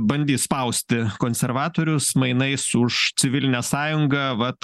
bandė spausti konservatorius mainais už civilinę sąjungą vat